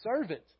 servant